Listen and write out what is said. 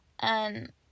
and-